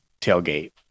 tailgate